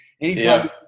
Anytime